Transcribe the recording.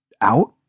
out